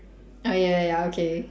oh ya ya ya okay